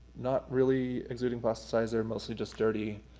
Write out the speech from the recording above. not really exuding plasticizer, mostly just dirty,